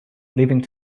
leaving